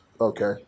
Okay